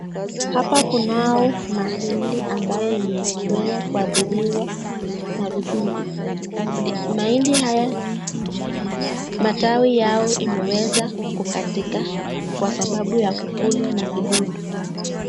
Hapa kunao mahindi ambayo imeweza kuadhiriwa na vidudu. Mahindi haya matawi yao imeweza kukatika kwa sababu ya kukulwa na wadudu.